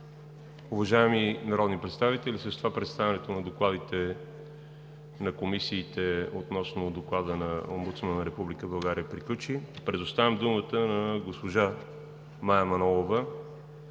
Уважаеми народни представители, с това представянето на докладите на комисиите относно Доклада на омбудсмана на Република България приключи. Предоставям думата на госпожа Мая Манолова